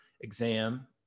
exam